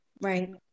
Right